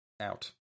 out